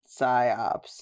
psyops